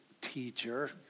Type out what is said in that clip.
teacher